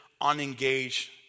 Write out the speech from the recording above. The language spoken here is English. unengaged